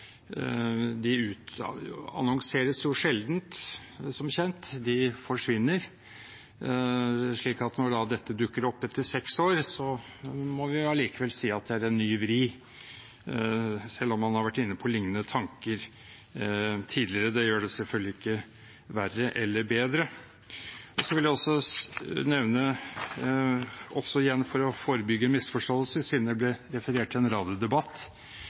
de utannonseres som kjent sjelden – forsvinner. Når dette da dukker opp etter seks år, må vi likevel si at det er en ny vri, selv om man har vært inne på lignende tanker tidligere. Det gjør det selvfølgelig ikke verre eller bedre. Jeg vil også nevne, igjen for å forebygge misforståelser, siden det ble referert til en